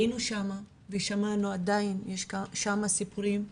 היינו שם ושמענו, עדיין יש שם סיפורים,